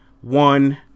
One